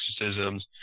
exorcisms